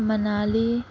Manali